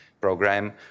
program